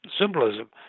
symbolism